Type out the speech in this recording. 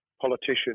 politician